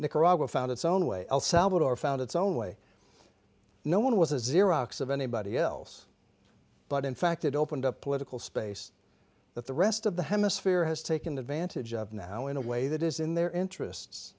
nicaragua found its own way el salvador found its own way no one was a xerox of anybody else but in fact it opened up political space that the rest of the hemisphere has taken advantage of now in a way that is in their interests